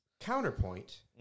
Counterpoint